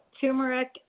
turmeric